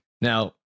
Now